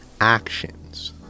actions